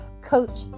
coach